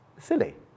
Silly